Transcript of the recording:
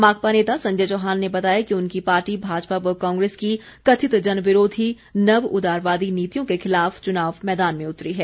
माकपा नेता संजय चौहान ने बताया कि उनकी पार्टी भाजपा व कांग्रेस की कथित जनविरोधी नवउदारवादी नीतियों के खिलाफ चुनाव मैदान में उतरी है